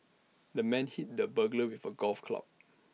the man hit the burglar with A golf club